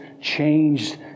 changed